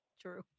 true